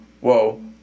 whoa